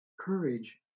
Courage